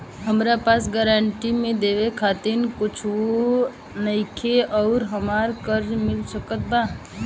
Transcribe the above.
हमरा पास गारंटी मे देवे खातिर कुछूओ नईखे और हमरा कर्जा मिल सकत बा?